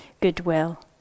goodwill